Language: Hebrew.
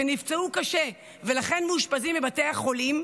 שנפצעו קשה ולכן מאושפזים בבתי החולים,